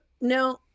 no